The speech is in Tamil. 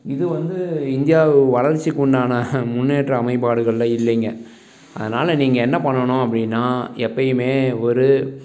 இது வந்து இந்தியா வளர்ச்சிக்குண்டான முன்னேற்ற அமைப்பாடுகளில் இல்லைங்க அதனால் நீங்கள் என்ன பண்ணணும் அப்படின்னா எப்போயுமே ஒரு